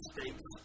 States